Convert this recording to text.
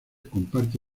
comparte